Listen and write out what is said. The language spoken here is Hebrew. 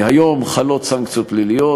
היום חלות סנקציות פליליות,